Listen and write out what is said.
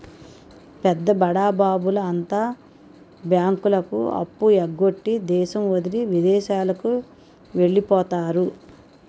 పెద్ద బడాబాబుల అంతా బ్యాంకులకు అప్పు ఎగ్గొట్టి దేశం వదిలి విదేశాలకు వెళ్లిపోతారు